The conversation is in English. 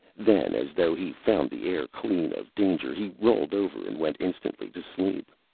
then, as though he found the air clean of danger, he rolled over and went instantly to sleep.